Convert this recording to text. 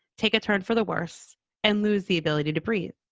take a turn for the worse and lose the ability to breathe.